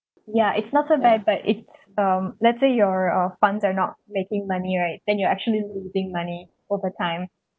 yeah it's not so bad but it's um let's say your uh funds are not making money right then you're actually losing money over time